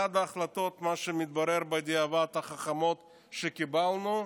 זה התברר בדיעבד כאחת ההחלטות החכמות שקיבלנו,